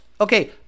Okay